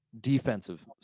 defensive